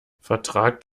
vertragt